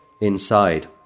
inside